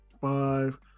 five